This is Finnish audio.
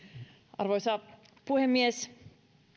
arvoisa puhemies